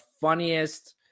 funniest